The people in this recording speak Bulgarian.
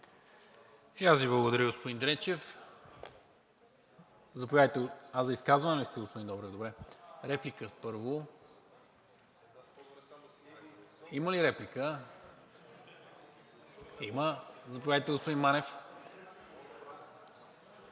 И аз Ви благодаря, господин Дренчев. Заповядайте. За изказване ли сте, господин Добрев? Добре. Първо има ли реплика? Заповядайте, господин Манев. ИВАН